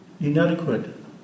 inadequate